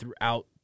throughout